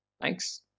thanks